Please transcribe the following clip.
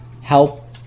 help